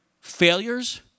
failures